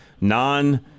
non